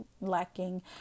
lacking